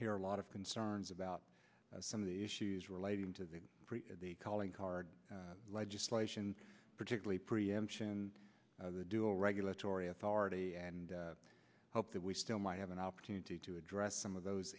hear a lot of concerns about some of the issues relating to the calling card legislation particularly preemption and the dual regulatory authority and hope that we still might have an opportunity to address some of those